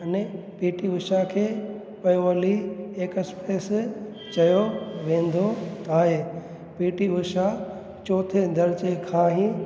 अने P T Usha खे Payyoli express चयो वेंदो आहे पी टी उषा चोथें दर्जे खां ई